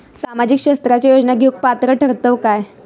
सामाजिक क्षेत्राच्या योजना घेवुक पात्र ठरतव काय?